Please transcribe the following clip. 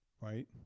right